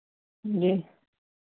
जी